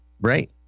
right